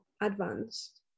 advanced